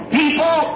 people